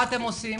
מה עושים